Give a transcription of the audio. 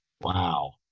Wow